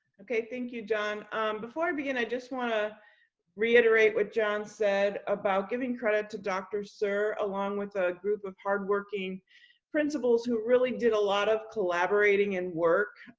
okay, thank you, john. um before i begin, i just want to reiterate what john said about giving credit to dr. suhr, along with a group of hardworking principals who really did a lot of collaborating and work,